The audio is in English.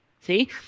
See